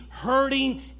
hurting